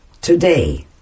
Today